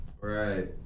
Right